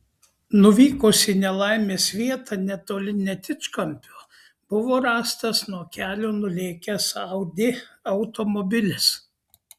nuvykus į nelaimės vietą netoli netičkampio buvo rastas nuo kelio nulėkęs audi automobilis